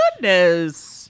goodness